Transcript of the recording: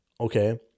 okay